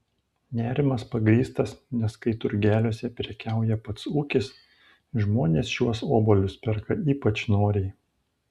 nerimas pagrįstas nes kai turgeliuose prekiauja pats ūkis žmonės šiuos obuolius perka ypač noriai